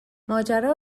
ماجرا